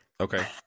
okay